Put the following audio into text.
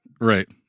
Right